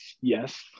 yes